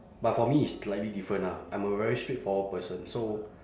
but for me it's slightly different ah I'm a very straightforward person so